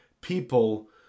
people